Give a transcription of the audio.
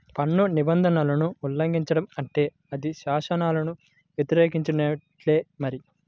పన్ను నిబంధనలను ఉల్లంఘించడం అంటే అది శాసనాలను వ్యతిరేకించినట్టే మరి